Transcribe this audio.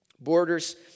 Borders